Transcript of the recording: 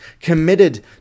committed